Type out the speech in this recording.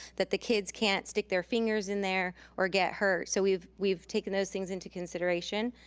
that the kids can't stick their fingers in there or get hurt. so we've we've taken those things into consideration.